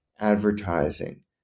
advertising